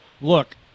look